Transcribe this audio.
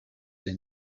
they